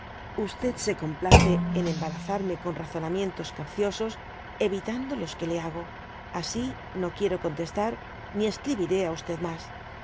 se complace en embarazarme con razonamientos capciosos evitando los qae le hago asi no quiero contestar ni escribirá á mas